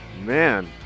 Man